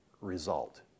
result